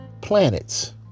planets